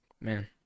man